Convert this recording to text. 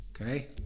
okay